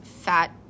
fat